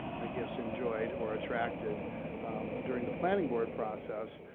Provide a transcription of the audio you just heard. i guess, enjoyed or attracted during the planning board process,